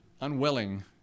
unwilling